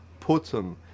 Putin